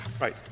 Right